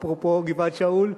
אפרופו גבעת-שאול,